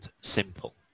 simple